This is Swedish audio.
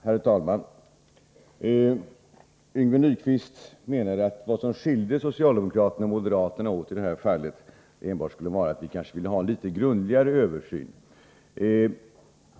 Herr talman! Yngve Nyquist menade att vad som skilde socialdemokraterna och moderaterna åt i det här fallet enbart skulle vara att vi kanske ville ha en litet grundligare översyn.